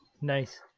Nice